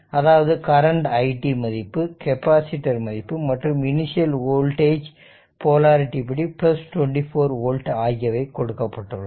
அதாவது current it மதிப்பு capacitor மதிப்பு மற்றும் இனிஷியல் வோல்டேஜ் போலரிடிப்படி 24 ஓல்ட் ஆகியவை கொடுக்கப்பட்டுள்ளன